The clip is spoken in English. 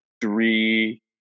three